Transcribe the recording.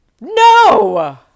no